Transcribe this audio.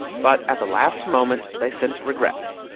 but at the last moment they sent regrets.